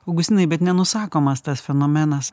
augustinai bet nenusakomas tas fenomenas